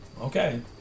Okay